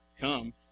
come